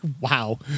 Wow